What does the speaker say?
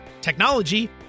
technology